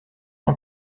ans